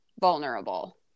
vulnerable